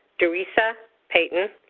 doresa payton,